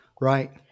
Right